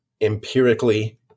empirically